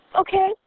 okay